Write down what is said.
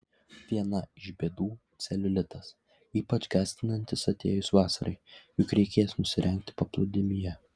viena iš bėdų celiulitas ypač gąsdinantis atėjus vasarai juk reikės nusirengti paplūdimyje